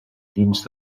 dins